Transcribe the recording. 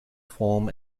form